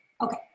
Okay